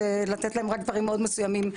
לתת להם רק דברים מאוד מסוימים.